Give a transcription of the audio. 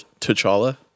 T'Challa